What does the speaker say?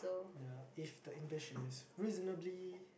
ya if the English is reasonably